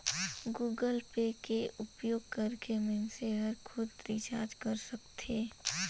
Google pay के उपयोग करके मइनसे हर खुद रिचार्ज कर सकथे